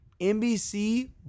NBC